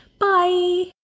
Bye